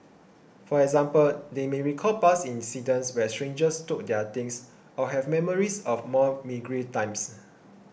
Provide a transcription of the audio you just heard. for example they may recall past incidents where strangers took their things or have memories of more meagre times